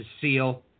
seal